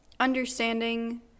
Understanding